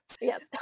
Yes